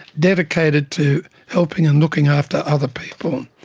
dedicated to helping and looking after other people.